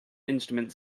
instruments